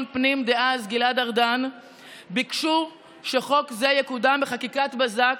פנים דאז גלעד ארדן ביקשו שחוק זה יקודם בחקיקת בזק